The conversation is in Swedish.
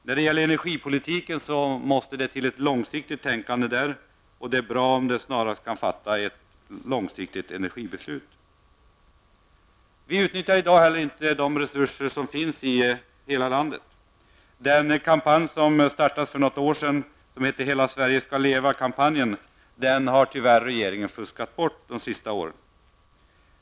När det gäller energipolitiken måste det till ett långsiktigt tänkande. Och det vore bra om ett långsiktigt energibeslut snarast kunde fattas. Vi utnyttjar i dag inte resurserna i hela landet. Den kampanj som startades för något år sedan, Hela Sverige skall leva, har regeringen tyvärr fuskat bort.